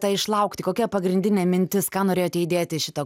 tą išlaukti kokia pagrindinė mintis ką norėjote įdėti į šitą